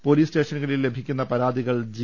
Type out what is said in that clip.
police സ്റ്റേഷനുകളിൽ ലഭിക്കുന്ന പരാതികൾ ജി